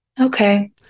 okay